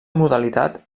modalitat